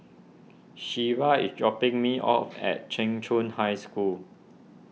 Shelba is dropping me off at Cheng Chung High School